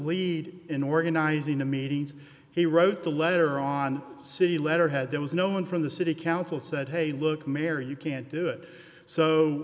lead in organizing the meetings he wrote the letter on city letterhead there was no one from the city council said hey look mary you can't do it so